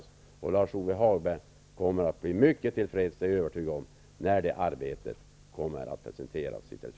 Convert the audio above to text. Jag är övertygad om att Lars-Ove Hagberg kommer att bli mycket tillfreds när resultatet av arbetet presenteras.